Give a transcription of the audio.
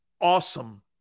awesome